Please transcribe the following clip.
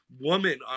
woman